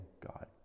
God